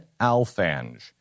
Alfange